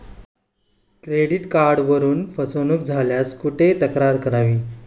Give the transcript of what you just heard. Credit कार्डवरून फसवणूक झाल्यास कुठे तक्रार करावी?